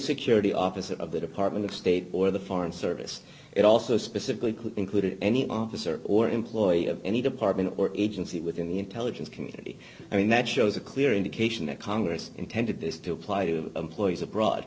security office of the department of state or the foreign service it also specifically could include any officer or employee of any department or agency within the intelligence community i mean that shows a clear indication that congress intended this to apply to employees abroad